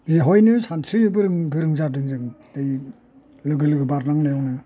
बेवहायनो सानस्रिनो गोरों जादों जों दै लोगो लोगो बारनांनायावनो